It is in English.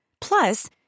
Plus